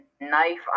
knife